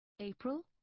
April